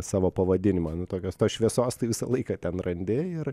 savo pavadinimą nu tokios tos šviesos tai visą laiką ten randi ir